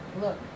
Look